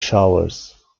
showers